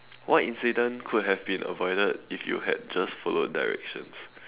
what incident could have been avoided if you had just followed directions